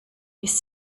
ist